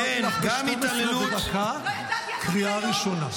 קראתי אותך ב-12:01 קריאה ראשונה.